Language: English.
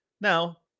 Now